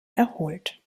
erholt